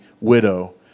widow